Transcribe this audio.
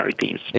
teams